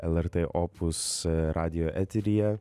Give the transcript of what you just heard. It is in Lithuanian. lrt opus radijo eteryje